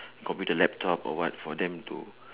computer laptop or what for them to